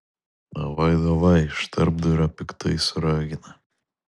davai davaj iš tarpdurio piktai suragina